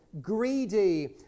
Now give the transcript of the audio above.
greedy